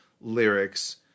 lyrics